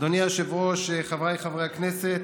אדוני היושב-ראש, חבריי חברי הכנסת,